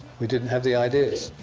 we didn't have the ideas.